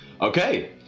Okay